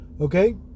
Okay